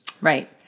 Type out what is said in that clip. Right